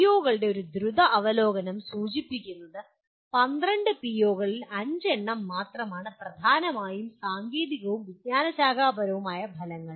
പിഒകളുടെ ഒരു ദ്രുത അവലോകനം സൂചിപ്പിക്കുന്നത് 12 പിഒകളിൽ 5 എണ്ണം മാത്രമാണ് പ്രധാനമായും സാങ്കേതികവും വിജ്ഞാനശാഖപരവുമായ ഫലങ്ങൾ